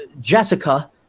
Jessica